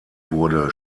wurde